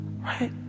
Right